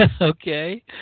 okay